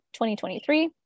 2023